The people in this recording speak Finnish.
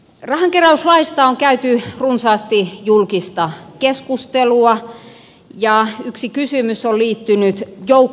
rahankeräyslaista on käyty runsaasti julkista keskustelua ja yksi kysymys on liittynyt jouk korahoitukseen